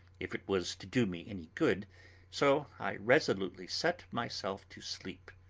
if it was to do me any good, so i resolutely set myself to sleep.